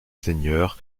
seigneur